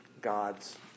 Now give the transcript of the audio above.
God's